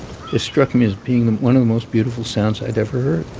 ah struck me as being one of the most beautiful sounds i'd ever heard